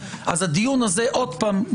הדיון הזה עוד פעם,